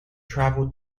travelled